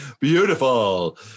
beautiful